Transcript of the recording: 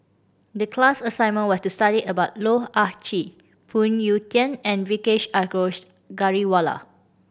the class assignment was to study about Loh Ah Chee Phoon Yew Tien and Vijesh Ashok Ghariwala